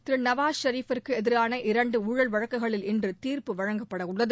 திரு நாவஸ் ஷெரிப்புக்கு எதிரான இரண்டு ஊழல் வழக்குகளில் இன்று திர்ப்பு வழங்கப்படவுள்ளது